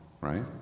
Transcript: right